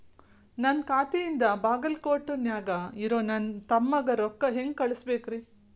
ನನ್ನ ಖಾತೆಯಿಂದ ಬಾಗಲ್ಕೋಟ್ ನ್ಯಾಗ್ ಇರೋ ನನ್ನ ತಮ್ಮಗ ರೊಕ್ಕ ಹೆಂಗ್ ಕಳಸಬೇಕ್ರಿ?